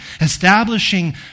establishing